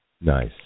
Nice